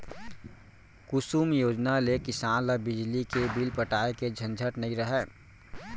कुसुम योजना ले किसान ल बिजली के बिल पटाए के झंझट नइ रहय